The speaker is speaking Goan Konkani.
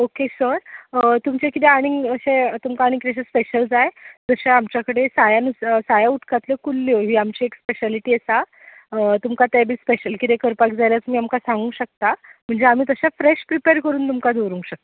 ओके सर तुमचें किदें आनी अशें तुमकां आनी किदेंशें स्पॅशल जाय जशें आमच्या कडेन साया न्हय साया उदकातल्यो कुल्ल्यो ही आमची एक स्पॅशालिटी आसा तुमकां तें बी स्पॅशल किदें करपाक जाल्या तुमी आमकां सांगूंक शकता म्हणजे आमी तशे फ्रॅश प्रिपॅर करून तुमकां दोवरूंक शकता